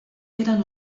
eren